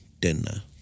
dinner